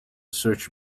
search